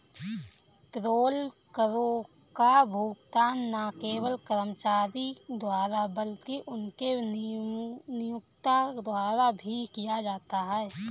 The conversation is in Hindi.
पेरोल करों का भुगतान न केवल कर्मचारी द्वारा बल्कि उनके नियोक्ता द्वारा भी किया जाता है